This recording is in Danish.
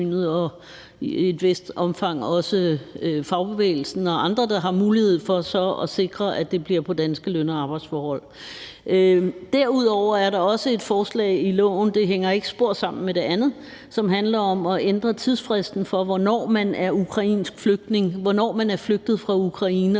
og i et vist omfang også fagbevægelsen og andre, der har mulighed for så at sikre, at det bliver på danske løn- og arbejdsvilkår. Derudover er der også et forslag i loven – og det hænger ikke spor sammen med det andet – som handler om at ændre tidsfristen for, hvornår man er ukrainsk flygtning, altså hvornår man er flygtet fra Ukraine,